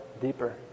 deeper